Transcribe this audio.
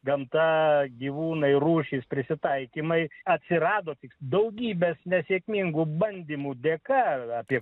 gamta gyvūnai rūšys prisitaikymai atsirado tik daugybės nesėkmingų bandymų dėka apie